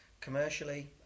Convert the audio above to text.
commercially